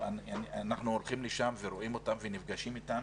אנחנו הולכים לשם ורואים אותם ונפגשים איתם,